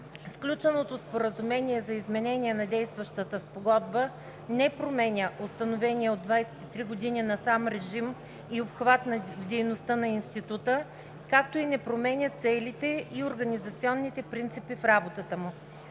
Сключеното Споразумение за изменение на действащата Спогодба не променя установения от 23 години насам режим и обхват в дейността на Института, както и не променя целите и организационните принципи в работата му.